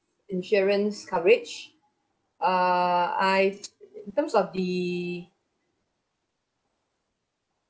insurance coverage err I've in terms of the